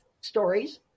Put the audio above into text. stories